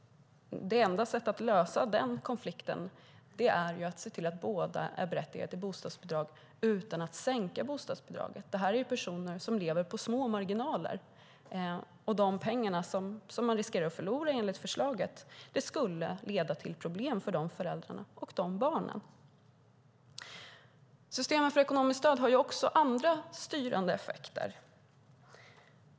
Det enda sättet att lösa den konflikten är att se till att båda är berättigade till bostadsbidrag utan att sänka bostadsbidraget. Det här är personer som lever med små marginaler. De pengar som de enligt förslaget riskerar att förlora skulle leda till problem för de föräldrarna och de barnen. Systemet för ekonomiskt stöd har också andra styrande effekter.